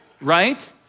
Right